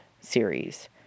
series